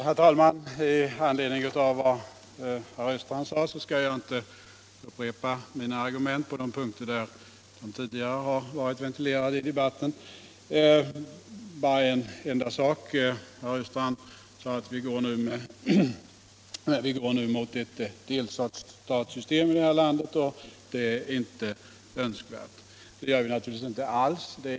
Herr talman! Trots vad herr Östrand sade skall jag inte upprepa mina argument på de punkter som tidigare har ventilerats i debatten. Jag skall bara ta upp en enda sak. Herr Östrand påstod att vi nu går mot ett ”delstatssystem” i detta land och att det inte är önskvärt. Det gör vi naturligtvis inte alls.